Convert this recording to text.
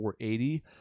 480